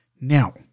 Now